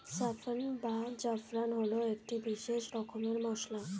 saffron বা জাফরান হল একটি বিশেষ রকমের মশলা